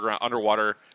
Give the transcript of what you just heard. underwater